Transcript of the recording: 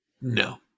No